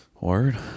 Word